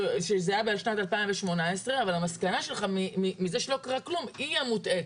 שזה היה בשנת 2018. אבל המסקנה שלך מזה שלא קרה כלום היא המוטעית.